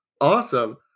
Awesome